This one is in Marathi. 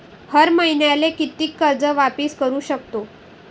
हर मईन्याले कितीक कर्ज वापिस करू सकतो?